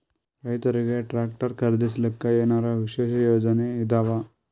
ರೈತರಿಗೆ ಟ್ರಾಕ್ಟರ್ ಖರೀದಿಸಲಿಕ್ಕ ಏನರ ವಿಶೇಷ ಯೋಜನೆ ಇದಾವ?